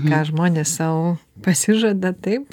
ką žmonės sau pasižada taip